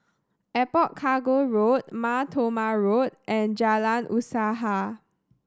Airport Cargo Road Mar Thoma Road and Jalan Usaha